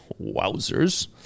Wowzers